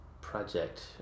Project